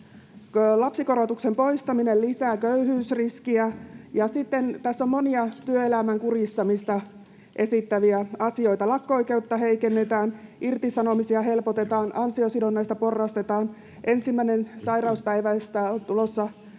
lapsikorotuksen poistaminen lisää köyhyysriskiä, ja sitten tässä on monia työelämän kurjistamista esittäviä asioita: lakko-oikeutta heikennetään, irtisanomisia helpotetaan, ansiosidonnaista porrastetaan, ensimmäisestä sairauspäivästä on tulossa